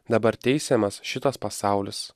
dabar teisiamas šitas pasaulis